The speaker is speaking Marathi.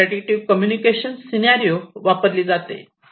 म्हणून प्रेडिक्टिव्ह कम्युनिकेशन सीनारिओ वापरली जाते